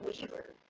Weaver